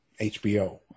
HBO